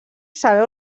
saber